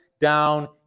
down